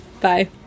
bye